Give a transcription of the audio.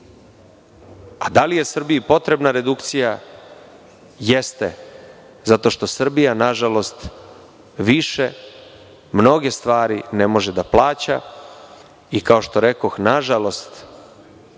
a da li je Srbiji potrebna redukcija, jeste zato što Srbija nažalost više mnoge stvari ne može da plaća i kao što rekoh, nažalost